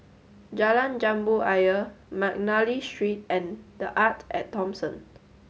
Jalan Jambu Ayer Mcnally Street and The Arte at Thomson